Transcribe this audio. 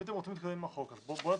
אם אתם רוצים להתקדם עם החוק אז בואו נתחיל,